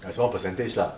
a small percentage lah